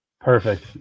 Perfect